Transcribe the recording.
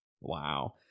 Wow